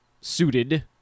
suited